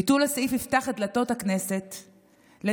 ביטול הסעיף יפתח את דלתות הכנסת לגזענים,